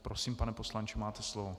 Prosím, pane poslanče, máte slovo.